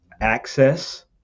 access